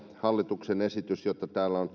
hallituksen esityksen osalta josta täällä on